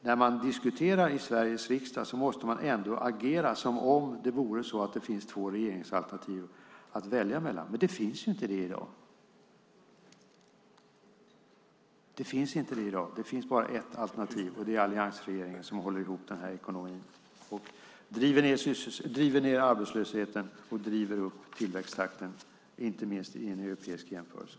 När man diskuterar i Sveriges riksdag måste man dock agera som om det fanns två regeringsalternativ att välja mellan. Det finns inte i dag. Det finns bara ett alternativ, och det är alliansregeringen som håller ihop ekonomin, pressar ned arbetslösheten och driver upp tillväxttakten, inte minst i en europeisk jämförelse.